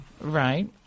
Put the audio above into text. Right